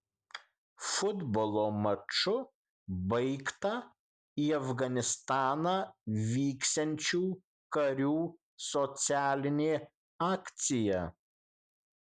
futbolo maču baigta į afganistaną vyksiančių karių socialinė akcija